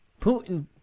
Putin